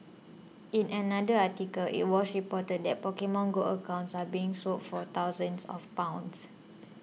in another article it was reported that Pokemon Go accounts are being sold for thousands of pounds